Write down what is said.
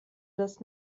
das